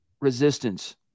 resistance